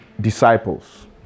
disciples